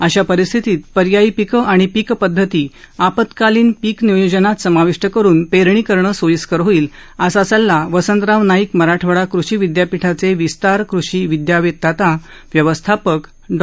अशा परिस्थितीत पर्यायी पीकं आणि पीकपध्दती आपत्कालीन पीक नियोजनात समाविष्ट करुन पेरणी करणं सोईस्कर होईल असा सल्ला वसंतराव नाईक मराठवाडा कृषी विस्तार कृषि विदयावेताता व्यवस्थापक डॉ